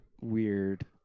weird